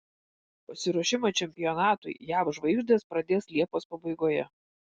pasiruošimą čempionatui jav žvaigždės pradės liepos pabaigoje